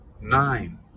Nine